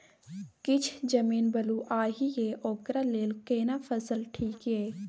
किछ जमीन बलुआही ये ओकरा लेल केना फसल ठीक ये?